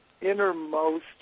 innermost